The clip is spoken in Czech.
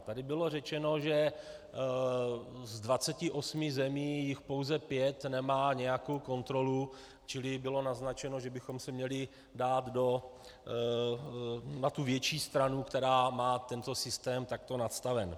Tady bylo řečeno, že z 28 zemí jich pouze pět nemá nějakou kontrolu, čili bylo naznačeno, že bychom se měli dát na tu větší stranu, která má tento systém takto nastaven.